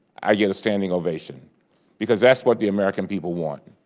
i get a standing ovation because that's what the american people want.